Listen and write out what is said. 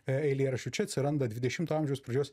e eilėraščių čia atsiranda dvidešimto amžiaus pradžios